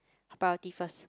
priority first